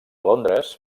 londres